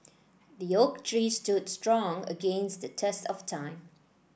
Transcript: the oak tree stood strong against the test of time